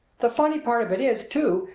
the funny part of it is, too,